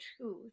truth